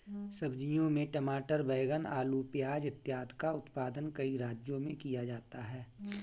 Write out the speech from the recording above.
सब्जियों में टमाटर, बैंगन, आलू, प्याज इत्यादि का उत्पादन कई राज्यों में किया जाता है